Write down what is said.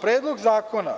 Predlog zakona,